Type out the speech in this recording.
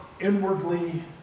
inwardly